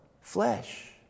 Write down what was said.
flesh